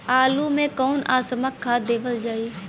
आलू मे कऊन कसमक खाद देवल जाई?